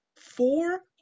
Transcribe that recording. four